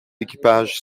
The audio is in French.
équipages